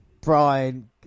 Brian